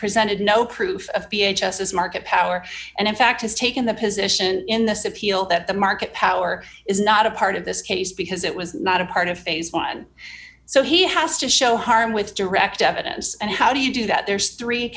presented no proof of ph as market power and in fact has taken the position in this appeal that the market power is not a part of this case because it was not a part of phase one so he has to show harm with direct evidence and how do you do that there's three